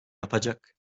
yapacak